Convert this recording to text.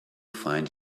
find